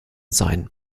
sein